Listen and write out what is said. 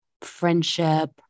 friendship